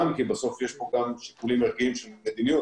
כי בסוף יש פה גם שיקולים ערכיים של מדיניות,